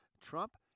Trump